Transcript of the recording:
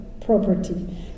property